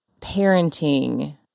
parenting